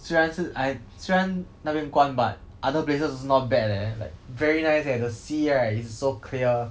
虽然是 I 虽然那边关 but other places also not bad leh like very nice eh the sea right it's so clear